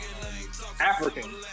African